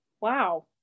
Wow